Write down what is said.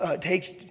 takes